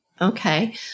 Okay